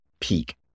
peak